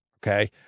Okay